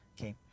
Okay